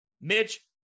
Mitch